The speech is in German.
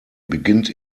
beginnt